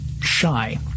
shy